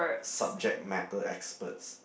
subject matter experts